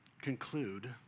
conclude